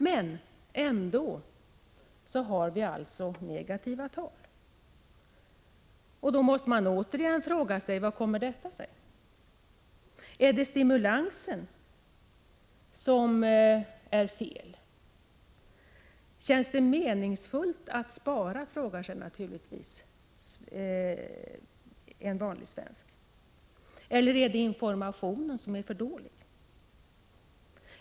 Men ändå har vi negativa tal. Och man måste återigen ställa frågan: Vad kommer detta sig? Är det stimulansen som är felaktig? Känns det meningsfullt att spara, frågar sig naturligtvis en vanlig svensk. Eller är det informationen som är för dålig?